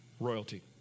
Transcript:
Royalty